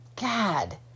God